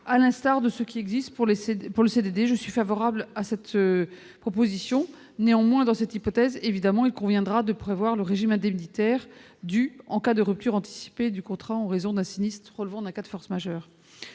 à l'instar de ce qui existe pour les CDD. Je suis favorable à cette proposition. Néanmoins, dans cette hypothèse, il conviendra évidemment de prévoir le régime indemnitaire dû en cas de rupture anticipée du contrat en raison d'un sinistre relevant d'un cas de force majeure.